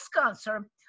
cancer